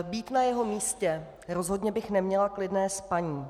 Být na jeho místě, rozhodně bych neměla klidné spaní.